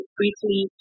briefly